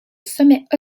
sommet